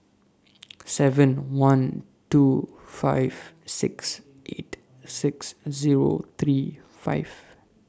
seven one two five six eight six Zero three five